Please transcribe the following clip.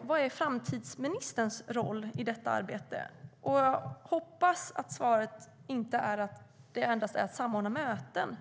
vad är framtidsministerns roll i detta arbete? Jag hoppas att svaret inte är att det endast är att samordna möten.